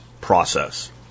process